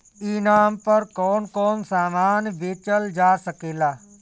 ई नाम पर कौन कौन समान बेचल जा सकेला?